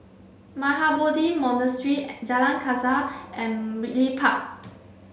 Mahabodhi Monastery Jalan Kasau and Ridley Park